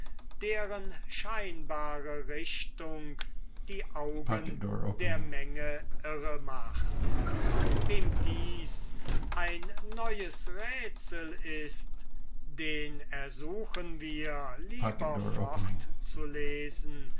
deren scheinbare direction die augen der menge irre macht wem dies ein neues rätsel ist den ersuchen wir lieber